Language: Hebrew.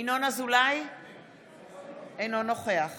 אינו נוכח